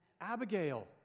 Abigail